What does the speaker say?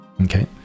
Okay